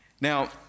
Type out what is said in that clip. Now